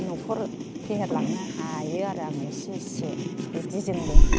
नखर फेहेरलांनो हायो आरो आङो एसे एसे बेदिजोंबो